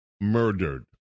murdered